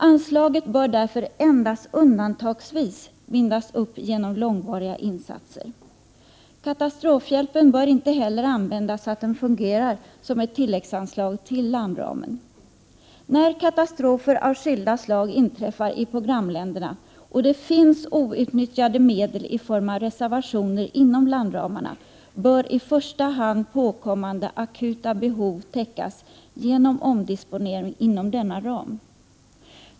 Anslaget bör därför endast undantagsvis bindas upp genom långvariga insatser. Katastrofhjälpen bör inte heller användas så att den fungerar som ett tilläggsanslag till landramen. När katastrofer av skilda slag inträffar i programländerna, och det finns outnyttjade medel i form av reservationer inom landramarna, bör i första hand påkommande akuta behov täckas genom omdisponering inom dessa ramar.